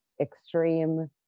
extreme